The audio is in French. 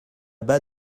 bas